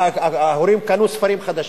ההורים קנו ספרים חדשים,